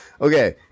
Okay